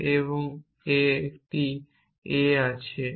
এই একটি a আছে